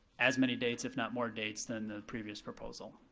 as many dates if not more dates than the previous proposal.